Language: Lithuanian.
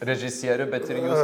režisierių bet ir jūs